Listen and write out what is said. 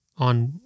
On